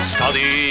Study